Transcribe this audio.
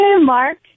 Mark